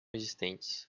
existentes